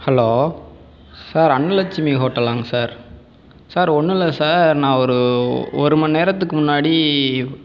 hello sir Annalakshmi ஹோட்டலாங்ளா sir sir ஒன்றும் இல்லை சார் நான் ஒரு ஒரு மணிநேரத்துக்கு முன்னாடி